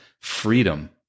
freedom